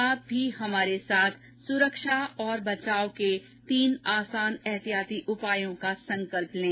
आप भी हमारे साथ सुरक्षा और बचाव के तीन आसान एहतियाती उपायों का संकल्प लें